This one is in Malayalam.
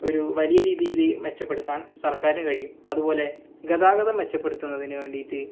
ഒരു വലയ രീതിയിൽ മെച്ചപ്പെടുത്താൻ സർക്കാരിന് കഴിയും അതുപോലെ ഗതാഗതം മെച്ചപ്പെടുത്തുന്നതിന് വേണ്ടീട്ട്